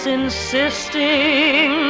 insisting